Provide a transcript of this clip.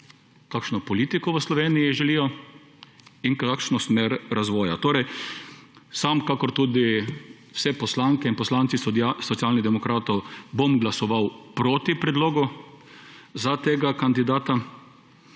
kakšno politiko v Sloveniji želijo in kakšno smer razvoja. Torej sam, kakor tudi vse poslanke in poslanci Socialnih demokratov, bom glasoval proti predlogu za tega kandidata,